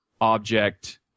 object